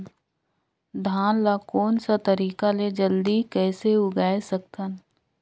धान ला कोन सा तरीका ले जल्दी कइसे उगाय सकथन?